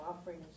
offerings